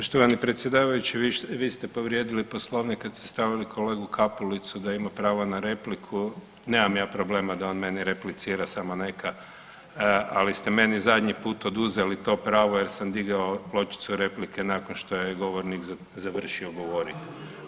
Poštovani predsjedavajući vi ste povrijedili Poslovnik kad ste stavili kolegu Kapulicu da ima pravo na repliku, nemam ja problema da on meni replicira samo neka, ali ste meni zadnji put oduzeli to pravo jer sam digao pločicu replike nakon što je govornik završio govoriti.